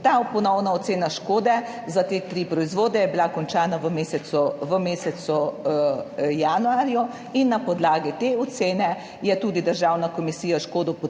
Ta ponovna ocena škode za te tri proizvode je bila končana v mesecu januarju in na podlagi te ocene je tudi državna komisija škodo potrdila.